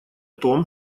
том